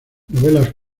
novelas